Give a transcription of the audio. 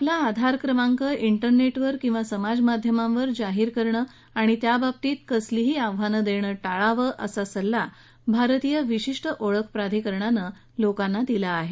आपला आधार क्रमांक इंटरनेटवर आणि समाजमाध्यमांवर जाहीर करणं आणि त्याबाबतीत कसलीही आव्हानं देणं टाळावं असा सल्ला भारतीय विशिष्ट ओळखप्रधिकरणानं लोकांना दिला आहे